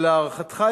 שלהערכתך,